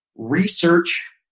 research